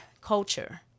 culture